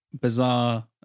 bizarre